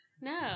No